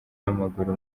w’amaguru